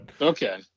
Okay